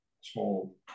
small